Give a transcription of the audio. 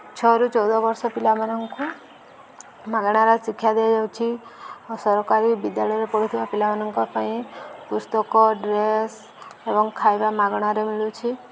ଛଅରୁ ଚଉଦ ବର୍ଷ ପିଲାମାନଙ୍କୁ ମାଗଣାରେ ଶିକ୍ଷା ଦିଆଯାଉଛି ସରକାରୀ ବିଦ୍ୟାଳୟରେ ପଢ଼ୁଥିବା ପିଲାମାନଙ୍କ ପାଇଁ ପୁସ୍ତକ ଡ୍ରେସ୍ ଏବଂ ଖାଇବା ମାଗଣାରେ ମିଳୁଛି